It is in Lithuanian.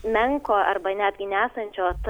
menko arba netgi nesančios